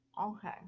Okay